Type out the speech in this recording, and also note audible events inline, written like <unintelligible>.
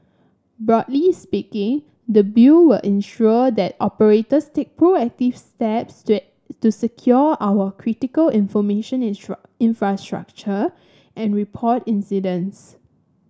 broadly speaking the bill will ensure that operators take proactive steps to at to secure our critical information <unintelligible> infrastructure and report incidents